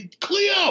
Cleo